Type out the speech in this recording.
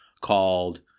called